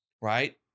right